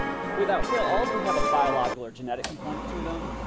without fail, all of them have a biological or genetic component to them.